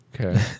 Okay